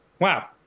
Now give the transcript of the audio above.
Wow